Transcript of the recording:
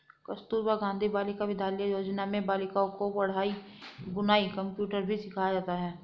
कस्तूरबा गाँधी बालिका विद्यालय योजना में बालिकाओं को कढ़ाई बुनाई कंप्यूटर भी सिखाया जाता है